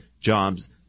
jobs